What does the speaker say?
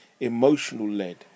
emotional-led